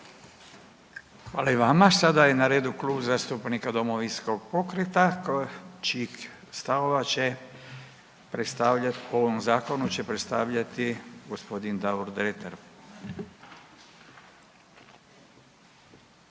Hvala i vama. Sada je na redu Klub zastupnika Domovinskog pokreta čije će stavove predstavljati po ovom zakonu će predstavljati g. Davor Dretar. Izvolite.